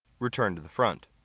return to the front.